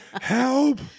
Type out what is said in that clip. help